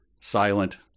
silent